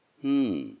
Hmm